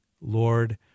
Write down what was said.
Lord